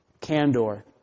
candor